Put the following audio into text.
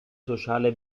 sociale